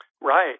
Right